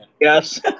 Yes